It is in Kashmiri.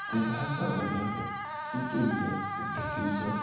تٔمۍ ہَسا وَنیو مےٚ ژٕ نہِ یہِ ڈِسیٖجَن